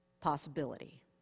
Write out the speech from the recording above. possibility